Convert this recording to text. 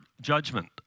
judgment